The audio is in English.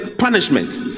punishment